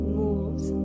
moves